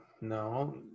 No